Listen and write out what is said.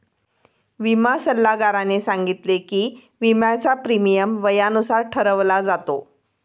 विमा सल्लागाराने सांगितले की, विम्याचा प्रीमियम वयानुसार ठरवला जातो